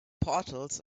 portals